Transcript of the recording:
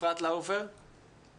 אני